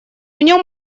нем